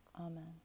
Amen